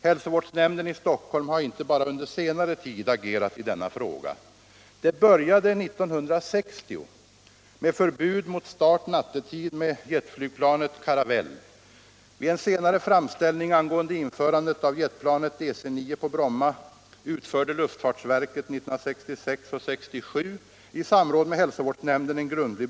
Hälsovårdsnämnden i Stockholm har inte bara under senare tid agerat i denna fråga.